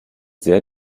sehr